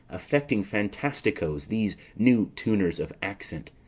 affecting fantasticoes these new tuners of accent!